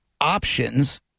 options